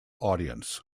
audience